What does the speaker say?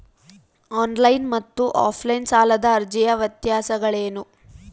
On line ಮತ್ತು offline ಸಾಲದ ಅರ್ಜಿಯ ವ್ಯತ್ಯಾಸಗಳೇನು?